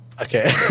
Okay